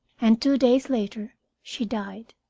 and two days later she died.